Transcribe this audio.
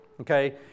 Okay